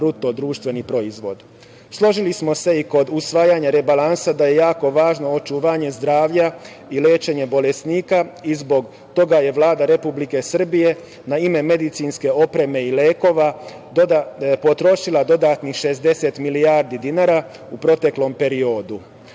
BDP.Složili smo se i kod usvajanja rebalansa da je jako važno očuvanje zdravlja i lečenje bolesnika i zbog toga je Vlada Republike Srbije na ime medicinske opreme i lekova potrošila dodatnih 60 milijardi dinara u proteklom periodu. Prema